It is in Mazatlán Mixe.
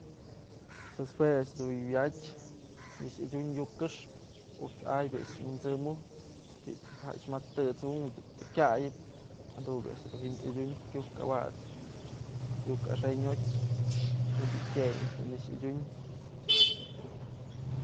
Pues jue a'ax dun wa'atyë a'ax yadyun yuk këxpë, ujt's a'ay bi'i a'ax wynsëmum, jax mat's tët's unk je'e të kyayëbë jadun bi'i a'ax dun yadyun kyuk awat's yuk axën jotyë ji'im bi'i pyëñ a'ax dun nëkxë adyun.